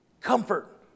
Comfort